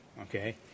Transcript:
okay